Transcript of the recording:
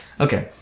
Okay